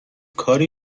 کاری